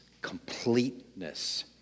completeness